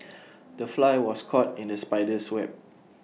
the fly was caught in the spider's web